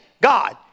God